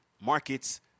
markets